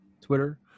Twitter